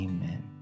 Amen